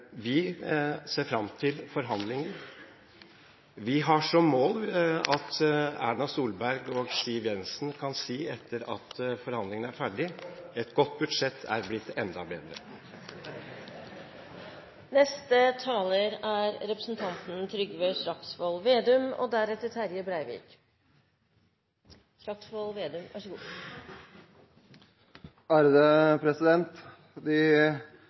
Vi ser fram til forhandlingene. Vi har som mål at Erna Solberg og Siv Jensen kan si, etter at forhandlingene er ferdig: Et godt budsjett er blitt enda bedre! De store ordene, de fagre løftene, og